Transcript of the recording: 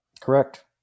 Correct